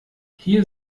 hier